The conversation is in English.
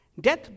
death